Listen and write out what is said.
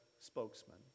spokesman